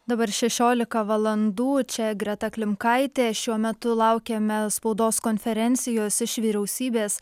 dabar šešiolika valandų čia greta klimkaitė šiuo metu laukiame spaudos konferencijos iš vyriausybės